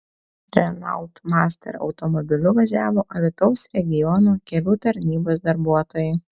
renault master automobiliu važiavo alytaus regiono kelių tarnybos darbuotojai